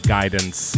Guidance